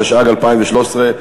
התשע"ג 2013,